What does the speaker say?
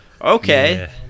okay